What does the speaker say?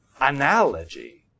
analogy